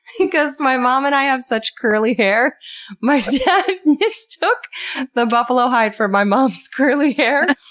because my mom and i have such curly hair my dad mistook the buffalo hide for my mom's curly hair.